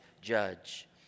judge